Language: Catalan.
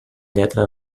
lletra